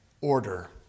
order